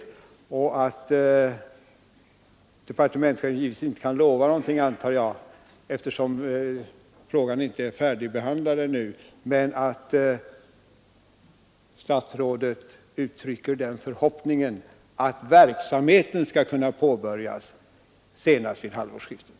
Jag antar att departementschefen inte kan lova någonting ännu eftersom frågan inte är färdigbehandlad, men det är en förhoppning — också från herr statsrådets sida, förmodar jag — att verksamheten skall kunna påbörjas senast vid halvårsskiftet.